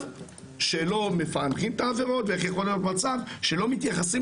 שלא מפענחים את העבירות ואיך יכול להיות מצב שלא מתייחסים